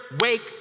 wake